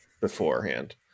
beforehand